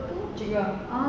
mencegah